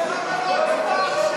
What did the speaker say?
למה לא הצבעה עכשיו?